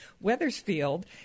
Wethersfield